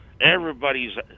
Everybody's